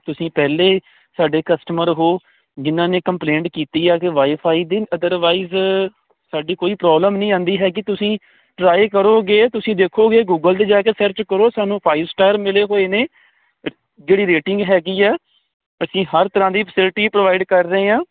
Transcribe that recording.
ਤੁਸੀਂ ਪਹਿਲੇ ਸਾਡੇ ਕਸਟਮਰ ਹੋ ਜਿਨਾਂ ਨੇ ਕੰਪਲੇਂਟ ਕੀਤੀ ਆ ਕਿ ਵਾਈਫਾਈ ਦਿਨ ਅਦਰਵਾਈਜ਼ ਸਾਡੀ ਕੋਈ ਪ੍ਰੋਬਲਮ ਨਹੀਂ ਆਉਂਦੀ ਹੈਗੀ ਤੁਸੀਂ ਟਰਾਈ ਕਰੋਗੇ ਤੁਸੀਂ ਦੇਖੋਗੇ ਗੂਗਲ ਤੇ ਜਾ ਕੇ ਸਰਚ ਕਰੋ ਸਾਨੂੰ ਫਾਈਵ ਸਟਾਰ ਮਿਲੇ ਹੋਏ ਨੇ ਜਿਹੜੀ ਰੇਟਿੰਗ ਹੈਗੀ ਆ ਅਸੀਂ ਹਰ ਤਰਾਂ ਦੀ ਫੈਸਿਲਟੀ ਪ੍ਰੋਵਾਈਡ ਕਰ ਰਹੇ ਆਂ